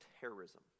terrorism